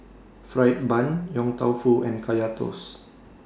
Fried Bun Yong Tau Foo and Kaya Toast